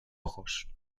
ojos